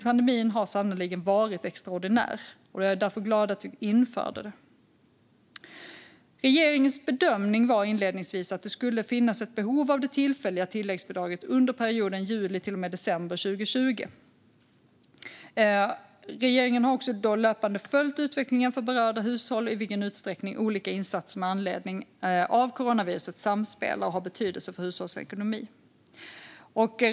Pandemin har sannerligen varit extraordinär, och jag är därför glad att vi införde det. Regeringens bedömning var inledningsvis att det skulle finnas ett behov av det tillfälliga tilläggsuppdraget under perioden juli-december 2020. Regeringen har också löpande följt utvecklingen för berörda hushåll och i vilken utsträckning olika insatser med anledning av coronaviruset samspelar och har betydelse för hushållsekonomin.